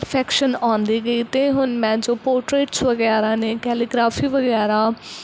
perfection ਆਉਂਦੀ ਗਈ ਅਤੇ ਹੁਣ ਮੈਂ ਜੋ ਪੋਰਟਰੇਟਸ ਵਗੈਰਾ ਨੇ ਕੈਲੀਗ੍ਰਾਫੀ ਵਗੈਰਾ